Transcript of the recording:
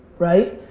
right?